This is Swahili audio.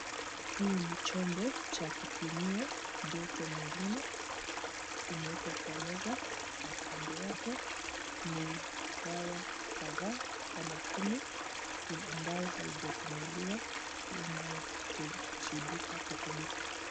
Hii ni chombo cha kupimia joto mwilini, imeekwa kwa meza na kando yake ni dawa kadhaa kama kumi ambayo haijafunguliwa. Inakusudika kutumika.